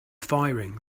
firing